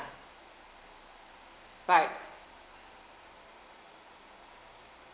right